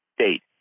state